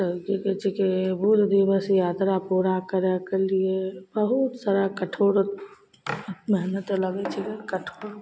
की कहय छीकै बहुदिवस यात्रा पूरा करयके लिए बहुत सारा कठोर मेहनत लगय छै कठोर